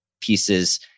pieces